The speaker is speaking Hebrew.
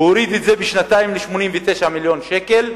הוא הוריד את זה בשנתיים ל-89 מיליון שקל.